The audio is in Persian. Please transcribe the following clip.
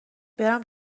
برم